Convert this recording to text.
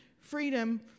freedom